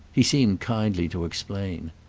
he seemed kindly to explain.